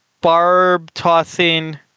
barb-tossing